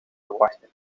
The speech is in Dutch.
verwachten